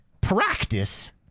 Practice